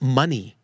money